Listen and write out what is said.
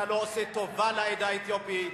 אתה לא עושה טובה לעדה האתיופית.